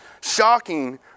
shocking